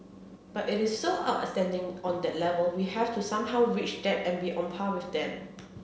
but it is so outstanding on that level we have to somehow reach that and be on par with them